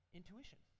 intuition